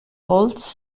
holz